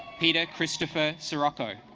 peter christopher sirocco